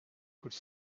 could